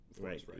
Right